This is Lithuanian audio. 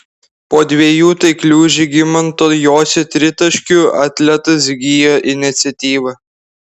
po dviejų taiklių žygimanto jocio tritaškių atletas įgijo iniciatyvą